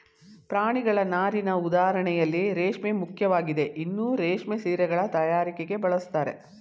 ಪ್ರಾಣಿಗಳ ನಾರಿನ ಉದಾಹರಣೆಯಲ್ಲಿ ರೇಷ್ಮೆ ಮುಖ್ಯವಾಗಿದೆ ಇದನ್ನೂ ರೇಷ್ಮೆ ಸೀರೆಗಳ ತಯಾರಿಕೆಗೆ ಬಳಸ್ತಾರೆ